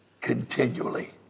continually